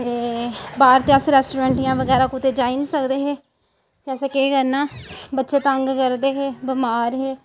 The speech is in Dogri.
ते बाहर ते अस्स रेस्टोरेंट जां बगैरा कुतै जाई नी सकदे हे ते असें केह् करना बच्चे तंग करदे हे बमार हे